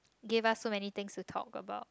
give us so many things to talk about